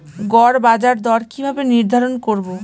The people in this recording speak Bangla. গড় বাজার দর কিভাবে নির্ধারণ করব?